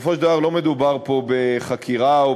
בסופו של דבר לא מדובר פה בחקירה או